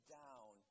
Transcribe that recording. down